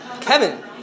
Kevin